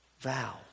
vow